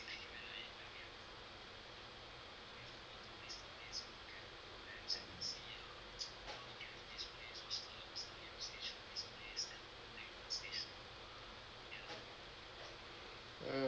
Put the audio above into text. mm